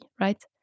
right